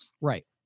Right